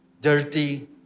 dirty